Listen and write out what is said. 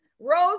Rose